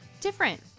different